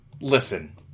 listen